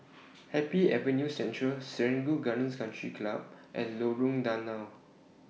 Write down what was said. Happy Avenue Central Serangoon Gardens Country Club and Lorong Danau